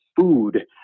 food